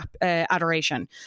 adoration